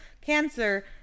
cancer